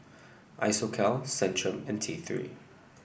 Isocal Centrum and T Three